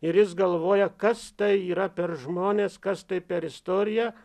ir jis galvoja kas tai yra per žmonės kas tai per istorija